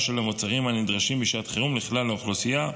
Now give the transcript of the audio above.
של המוצרים הנדרשים בשעת חירום לכלל האוכלוסייה.